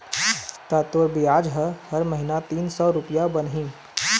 ता तोर बियाज ह हर महिना तीन सौ रुपया बनही